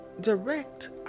direct